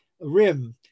rim